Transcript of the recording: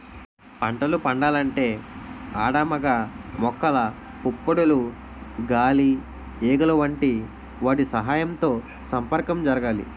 పంటలు పండాలంటే ఆడ మగ మొక్కల పుప్పొడులు గాలి ఈగలు వంటి వాటి సహాయంతో సంపర్కం జరగాలి